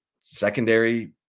secondary